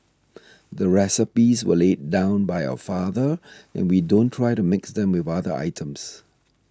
the recipes were laid down by our father and we don't try to mix them with other items